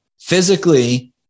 Physically